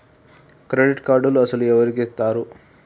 Credit కార్డులు అసలు ఎవరికి ఇస్తారు?